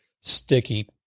sticky